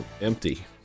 empty